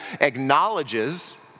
acknowledges